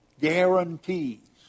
guarantees